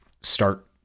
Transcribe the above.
start